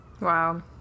Wow